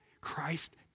Christ